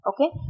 Okay